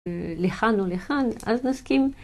לכאן או לכאן, אז נסכים.